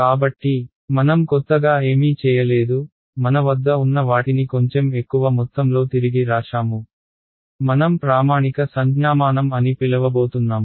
కాబట్టి మనం కొత్తగా ఏమీ చేయలేదు మన వద్ద ఉన్న వాటిని కొంచెం ఎక్కువ మొత్తంలో తిరిగి రాశాము మనం ప్రామాణిక సంజ్ఞామానం అని పిలవబోతున్నాము